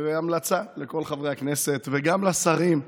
המלצה לכל חברי הכנסת וגם לשרים,